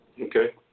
Okay